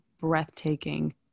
breathtaking